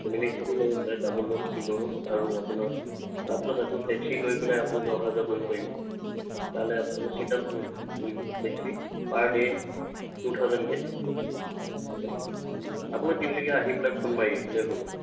family হিচাপে ল'ব পাৰে ডাবল ৰুম চিংগল ৰুম আৰু আপোনাৰ তাৰপিছত এখন টেক্সি লৈ পেলাই আপোনালোকে অহা যোৱা কৰিব পাৰিব তালৈ আপোনালোকে চিন্তা নকৰিব টেক্সি পাৰ ডে' টু থাউজেণ্ডকৈ হয় আপোনালোক তিনিচুকীয়া আহি পেলাই ফোন মাৰি দিলে হৈ গ'ল